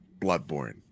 Bloodborne